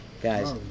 guys